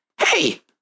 hey